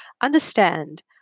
understand